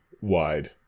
wide